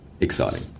exciting